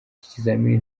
kizamini